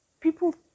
people